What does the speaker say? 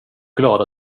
glad